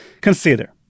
Consider